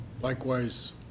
Likewise